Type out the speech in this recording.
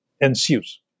ensues